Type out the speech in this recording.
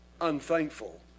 unthankful